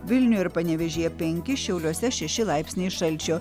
vilniuj ir panevėžyje penki šiauliuose šeši laipsniai šalčio